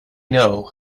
know